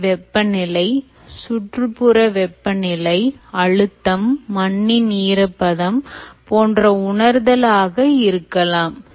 அவை வெப்பநிலை சுற்றுப்புற வெப்பநிலை அழுத்தம் மண்ணின் ஈரப்பதம் போன்ற உணர்தல் ஆக இருக்கலாம்